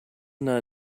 not